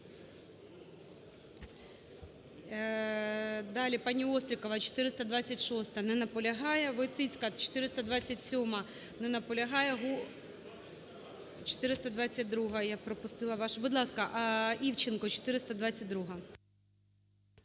Далі, паніОстрікова. 426-а. Не наполягає. Войціцька. 427-а. Не наполягає. 422-а. Я пропустила вашу. Будь ласка, Івченко. 422-а.